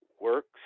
works